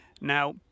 Now